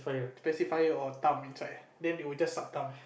pacifier or thumb inside then they will just suck thumb